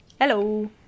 Hello